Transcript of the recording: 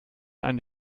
eine